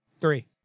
Three